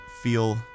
feel